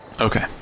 Okay